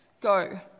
Go